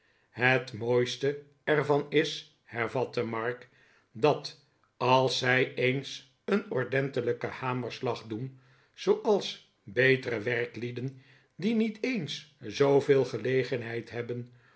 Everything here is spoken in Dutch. het mooiste er van is hervatte mark dat als zij eens een ordentelijken hamerslag doen zooals betere werklieden die niet eens zooveel gelegenheid hebben